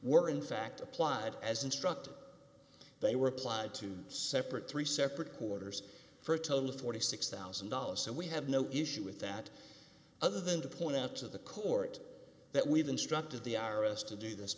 were in fact applied as instructed they were applied to separate three separate orders for a total of forty six thousand dollars so we have no issue with that other than to point out to the court that we've instructed the i r s to do this